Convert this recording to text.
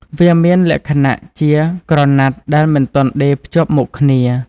វាមានលក្ខណៈជាក្រណាត់ដែលមិនទាន់ដេរភ្ជាប់មុខគ្នា។